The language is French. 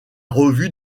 revue